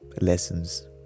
lessons